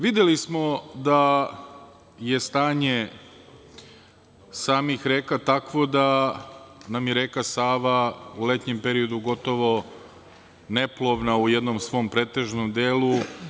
Videli smo da je stanje samih reka takvo da nam je reka Sava u letnjem periodu gotovo neplovna u jednom svom pretežnom delu.